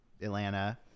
Atlanta